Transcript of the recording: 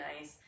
nice